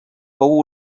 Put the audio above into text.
fou